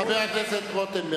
חבר הכנסת רותם,